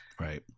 Right